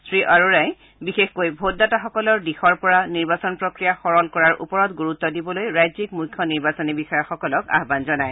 শ্ৰীআৰোৰাই বিশেষকৈ ভোটদাতাসকলৰ দিশৰ পৰা নিৰ্বাচন প্ৰক্ৰিয়া সৰল কৰাৰ ওপৰত গুৰুত্ব দিবলৈ ৰাজ্যিক মুখ্য নিৰ্বাচনী বিষয়াসকলক আয়ান জনায়